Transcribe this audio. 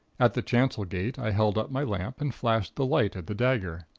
at the chancel gate i held up my lamp and flashed the light at the dagger.